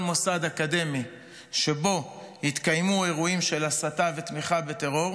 מוסד אקדמי שבו התקיימו אירועים של הסתה ותמיכה בטרור,